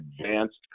advanced